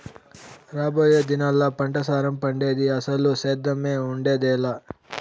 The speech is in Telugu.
రాబోయే దినాల్లా పంటసారం ఉండేది, అసలు సేద్దెమే ఉండేదెలా